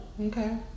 Okay